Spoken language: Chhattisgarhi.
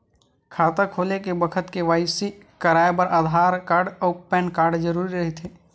खाता खोले के बखत के.वाइ.सी कराये बर आधार कार्ड अउ पैन कार्ड जरुरी रहिथे